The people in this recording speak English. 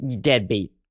deadbeat